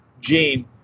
gene